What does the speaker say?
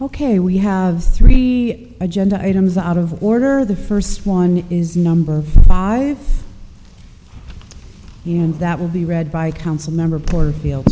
ok we have three agenda items out of order the first one is number five you know that will be read by council member porterfield